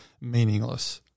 meaningless